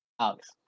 Alex